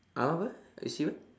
!huh! apa what I say what